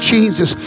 Jesus